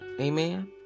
Amen